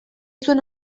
zuen